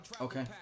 Okay